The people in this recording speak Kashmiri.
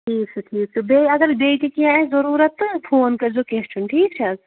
ٹھیٖک چھُ ٹھیٖک چھُ بیٚیہِ اگر بیٚیہِ تہِ کینٛہہ آسہِ ضٔروٗرَتھ تہٕ فون کٔرۍزیو کینٛہہ چھُنہٕ ٹھیٖک چھِ حظ